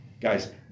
Guys